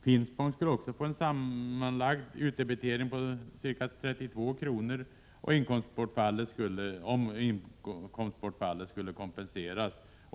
Finspång skulle också få en sammanlagd utdebitering på ca 32 kr. om inkomstbortfallet skulle kompenseras.